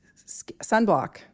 sunblock